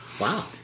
Wow